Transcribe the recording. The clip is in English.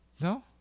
No